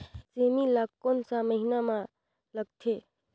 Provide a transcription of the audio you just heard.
सेमी ला कोन सा महीन मां लगथे?